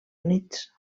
units